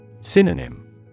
Synonym